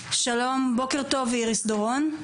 שלום איריס דורון.